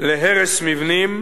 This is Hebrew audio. להרס מבנים,